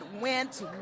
went